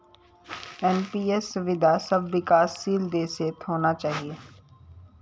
NPS सुविधा सब विकासशील देशत होना चाहिए